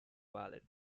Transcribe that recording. valid